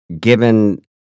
given